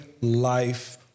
life